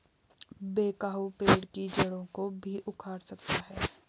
backhoe पेड़ की जड़ों को भी उखाड़ सकता है